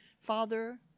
Father